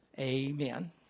amen